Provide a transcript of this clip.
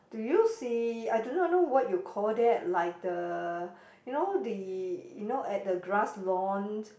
do you see I do not know what you called that like the you know the you know at the grass lawn